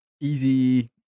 easy